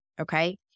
okay